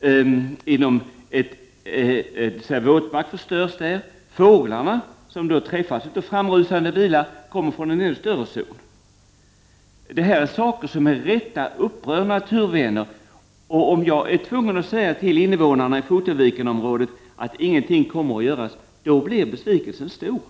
dvs. våtmark förstörs. Fåglarna som träffas av framrusande bilar kommer från en ännu större zon. Det här är saker som med rätta upprör naturvänner, och om jag är tvungen att säga till invånarna i Fotevikenområdet att ingenting kommer att göras, då blir besvikelsen stor.